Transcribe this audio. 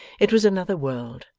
it was another world,